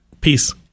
Peace